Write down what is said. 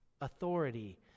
authority